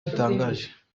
bitangaje